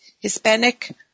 Hispanic